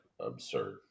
absurd